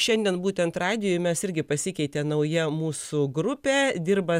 šiandien būtent radijuj mes irgi pasikeitė nauja mūsų grupė dirba